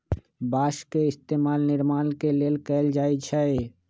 बास के इस्तेमाल निर्माण के लेल कएल जाई छई